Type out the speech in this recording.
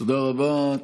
תודה רבה.